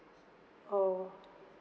oh